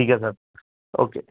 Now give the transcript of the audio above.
ਠੀਕ ਹੈ sir okay